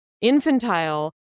infantile